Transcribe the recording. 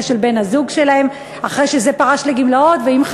של בן-הזוג שלהן אחרי שזה פרש לגמלאות ואם,